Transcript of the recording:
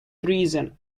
treason